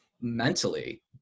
mentally